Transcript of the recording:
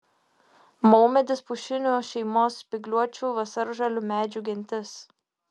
maumedis pušinių šeimos spygliuočių vasaržalių medžių gentis